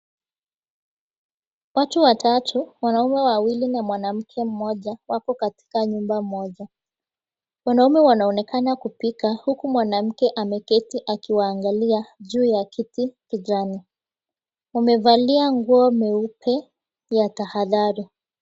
Watu watatu, wanaume wawili, na mwanamke mmoja wako katika nyumba moja. Wanaume wanaonekana kupika, huku mwanamke ameketi, akiwaangalia, juu ya kiti kijani. Wamevalia nguo nyeupe ya tahadhari.